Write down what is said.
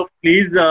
please